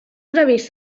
previst